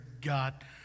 God